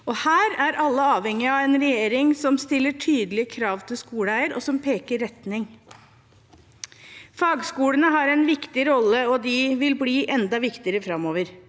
Her er alle avhengige av en regjering som stiller tydelige krav til skoleeier, og som peker retning. Fagskolene har en viktig rolle, og de vil bli enda viktigere framover.